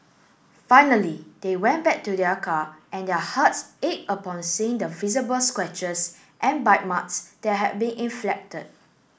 finally they went back to their car and their hearts ached upon seeing the visible scratches and bite marks that had been inflected